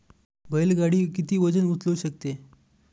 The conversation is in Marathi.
बैल गाडी किती वजन उचलू शकते?